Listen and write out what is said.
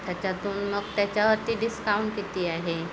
त्याच्यातून मग त्याच्यावरती डिस्काउंट किती आहे